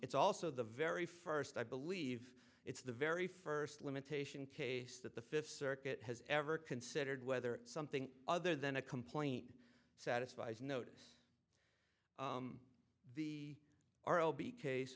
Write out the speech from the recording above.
it's also the very first i believe it's the very first limitation case that the fifth circuit has ever considered whether something other than a complaint satisfies notice the r o b case